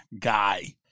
guy